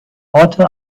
orte